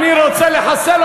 אפי איתם אמר לי בהאי לישנא,